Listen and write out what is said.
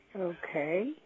okay